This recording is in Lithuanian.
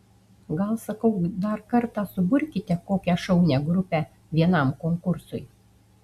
gal sakau dar kartą suburkite kokią šaunią grupę vienam konkursui